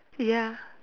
ya